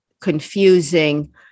confusing